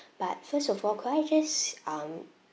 but first of all could I just um